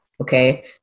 Okay